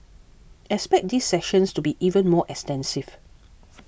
expect these sessions to be even more extensive